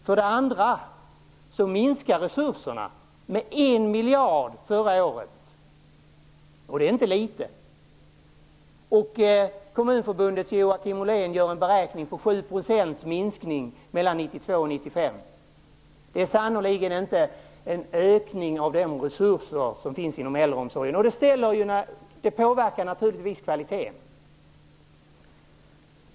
För det andra minskade resurserna med 1 miljard förra året, och det är inte litet. Kommunförbundets Joakim Ollén beräknar att det blir 7 % i minskning mellan 1992 och 1995. Det är sannerligen inte en ökning av resurserna inom äldreomsorgen. Det påverkar naturligtvis kvaliteten.